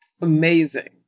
Amazing